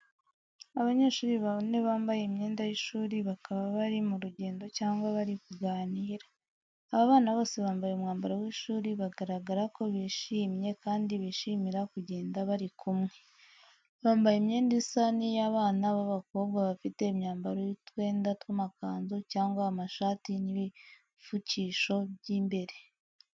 Abanyeshuri bane bambaye imyenda y’ishuri bakaba bari mu rugendo cyangwa bari kuganira. Abana bose bambaye umwambaro w’ishuri, bagaragara ko bishimye kandi bishimira kugenda bari kumwe. Bambaye imyenda isa n’iy’abana b’abakobwa bafite imyambaro y’utwenda tw’amakanzu cyangwa amashati n’ibipfukisho by’imbere.